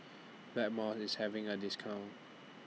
Blackmores IS having A discount